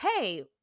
hey